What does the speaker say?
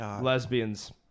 Lesbians